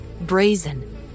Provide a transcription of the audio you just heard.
brazen